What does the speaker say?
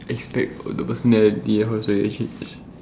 aspect of the personality how to say actual~